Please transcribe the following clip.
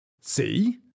See